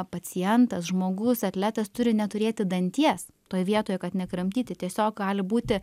pacientas žmogus atletas turi neturėti danties toj vietoj kad nekramtyti tiesiog gali būti